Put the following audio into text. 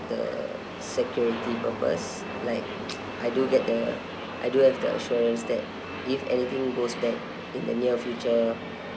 the security purpose like I do get the I do have the assurance that if anything goes bad in the near future